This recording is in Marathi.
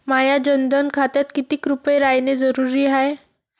माह्या जनधन खात्यात कितीक रूपे रायने जरुरी हाय?